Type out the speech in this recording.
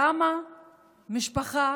למה משפחה